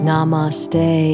Namaste